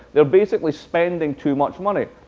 they're basically spending too much money.